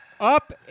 Up